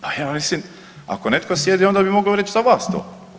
Pa ja mislim ako netko sjedi, onda bi mogao reći za vas to.